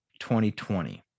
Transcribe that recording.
2020